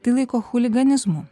tai laiko chuliganizmu